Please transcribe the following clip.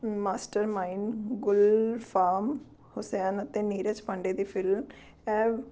master mind Gulfam Hussain ਅਤੇ ਨੀਰਜ ਪਾਂਡੇ ਦੀ film ਐਬ